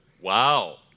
Wow